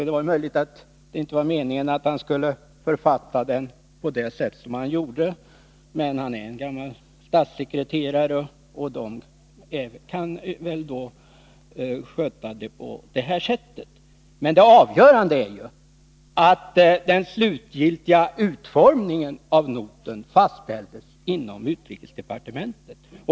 Det är möjligt att det inte var meningen att han skulle författa den på det sätt som han gjorde, men han är en f. d. statssekreterare, och de kanske sköter en uppgift så här. Men det avgörande är att den slutgiltiga utformningen av noten fastställdes inom utrikesdepartementet.